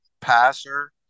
passer